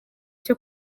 cyo